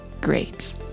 great